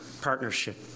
partnership